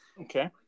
Okay